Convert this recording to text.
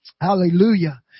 hallelujah